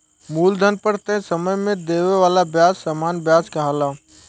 मूलधन पर तय समय में देवे वाला ब्याज सामान्य व्याज कहाला